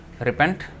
repent